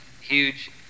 huge